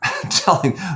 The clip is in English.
telling